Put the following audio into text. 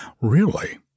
Really